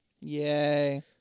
Yay